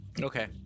Okay